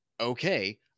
okay